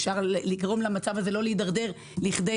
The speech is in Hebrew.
אפשר לגרום למצב הזה לא להידרדר לכדי